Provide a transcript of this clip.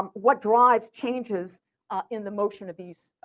what drives changes in the motion of these